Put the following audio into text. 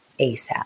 ASAP